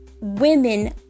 Women